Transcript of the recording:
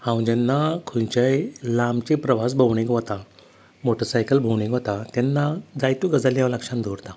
हांव जेन्ना खंयच्याय लांबच्या प्रवास भोंवणेक वता मोटसायकल भोंवणेक वता तेन्ना जायत्यो गजाली हांव लक्षांत दवरता